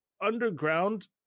underground